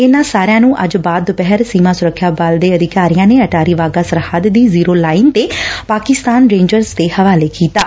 ਇਨਾਂ ਸਾਰਿਆਂ ਨੂੰ ਅੱਜ ਬਾਅਦ ਦੁਪਹਿਰ ਬੀ ਐਸ ਐਫ ਦੇ ਅਧਿਕਾਰੀਆਂ ਨੇ ਅਟਾਰੀ ਵਾਘਾ ਸਰਹਦ ਦੀ ਜੀਰੋ ਲਾਈਨ ਤੇ ਪਾਕਿਸਤਾਨ ਰੇਂਜਰਸ ਦੇ ਹਵਾਲੇ ਕੀਤਾ ਗਿਆ